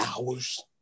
hours